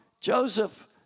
Joseph